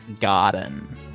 garden